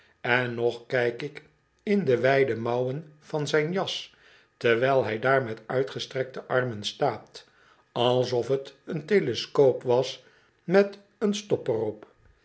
en nog kijk ik in de wijde mouwen van zijn jas terwijl hij daar met uitgestrekte armen staat alsof fc een telescoop was met een stop er